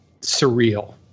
surreal